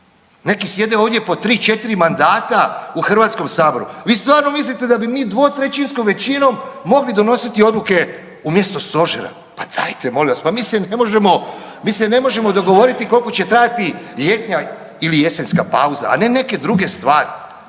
Neki sjede ovdje po 3-4 mandata u HS. Vi stvarno mislite da bi mi dvotrećinskom većinom mogli donositi odluke umjesto stožera, pa dajte molim vas, pa mi se ne možemo, mi se ne možemo dogovoriti koliko će trajati ljetna ili jesenska pauza, a ne neke druge stvari.